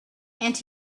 and